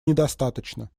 недостаточно